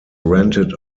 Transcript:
rented